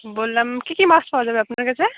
বললাম কী কী মাছ পাওয়া যাবে আপনার কাছে